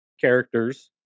characters